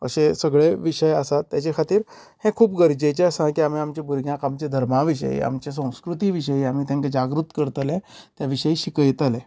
अशें सगळें विशय आसात तेजे खातीर हे खूब गरजेचे आसा की आमी आमच्या भुरग्यांक आमच्या धर्मा विशयी आमच्या संस्कृताये विशयी तांका जाग्रूत करतले त्या विशयी तांका शिकयतले